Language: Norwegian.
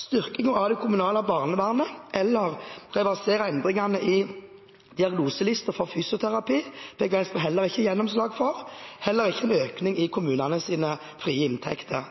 Styrkingen av det kommunale barnevernet eller reversering av endringene i diagnoselisten for fysioterapi fikk Venstre heller ikke gjennomslag for, og heller ikke for økning i kommunenes frie inntekter.